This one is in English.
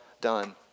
done